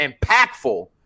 impactful